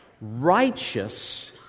Righteous